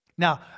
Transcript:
Now